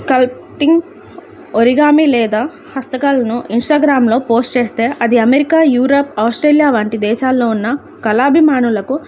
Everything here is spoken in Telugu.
స్కల్ప్టింగ్ ఒరిగామి లేదా హస్తకళను ఇంస్టాగ్రామ్లో పోస్ట్ చేస్తే అది అమెరికా యూరప్ ఆస్ట్రేలియా వంటి దేశాల్లో ఉన్న కళాభిమానులకు